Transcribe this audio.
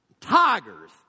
tigers